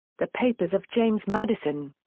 the papers of james madison.